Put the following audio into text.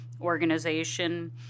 organization